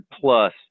plus